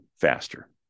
faster